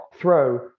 throw